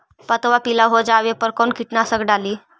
पतबा पिला हो जाबे पर कौन कीटनाशक डाली?